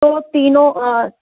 تو تینوں